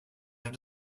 have